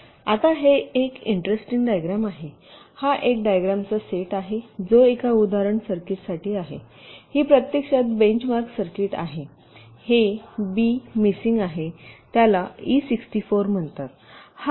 आता हे एक इंटरेस्टिंग डायग्रॅम आहे हा एक डायग्रॅमचा सेट आहे जो एका उदाहरण सर्किटसाठी आहे ही प्रत्यक्षात बेंच मार्क सर्किट आहे हे बी मिसिंग आहे त्याला e64 म्हणतात